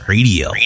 Radio